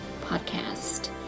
podcast